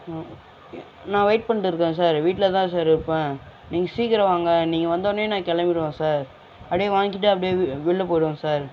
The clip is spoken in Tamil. நான் வெயிட் பண்ணிட்டு இருக்கேன் சார் வீட்டில் தான் சார் இருப்பேன் நீங்கள் சீக்கிரம் வாங்க நீங்கள் வந்தோன்னே நான் கிளம்பிருவேன் சார் அப்படியே வாங்கிட்டு அப்படியே வெ வெளில போய்விடுவேன் சார்